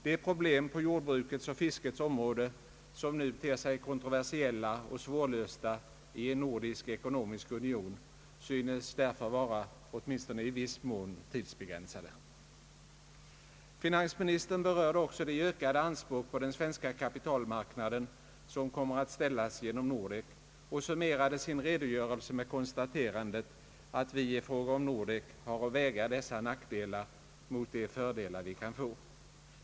De problem på jordbrukets och fiskets områden som nu ter sig kontroversiella och svårlösta i en nordisk ekonomisk union synes därför vara åtminstone i viss mån tidsbegränsade. Finansministern berörde också de ökade anspråk på den svenska kapitalmarknaden som kommer att ställas genom Nordek och summerade sin redogörelse med konstaterandet att vi i fråga om Nordek har att väga dessa nackdelar mot de fördelar vi kan få.